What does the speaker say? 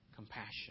compassion